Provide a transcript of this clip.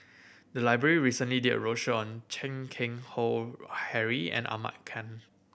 the library recently did a roadshow on Chan Keng Howe Harry and Ahmad Khan